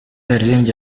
yaririmbye